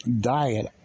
diet